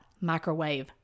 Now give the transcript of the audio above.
microwave